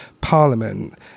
parliament